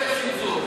אפס צמצום.